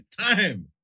Time